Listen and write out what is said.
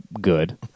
good